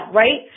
right